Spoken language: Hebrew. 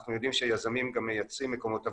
אנחנו יודעים שיזמים גם מייצרים מקומות עבודה.